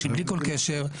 שבלי כל קשר,